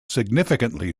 significantly